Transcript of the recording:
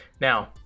Now